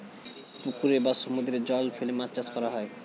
পুকুরে বা সমুদ্রে জাল ফেলে মাছ ধরা হয়